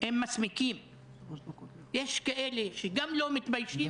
אתם חושבים שהבאתם משהו כזה מפואר לציבור הישראלי,